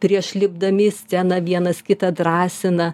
prieš lipdami į sceną vienas kitą drąsina